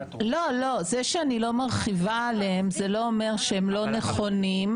זה שאני לא מרחיבה עליהם זה לא אומר שהם לא נכונים.